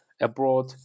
abroad